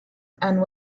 and